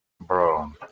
Bro